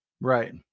right